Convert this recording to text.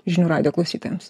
žinių radijo klausytojams